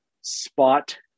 spot